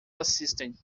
assistem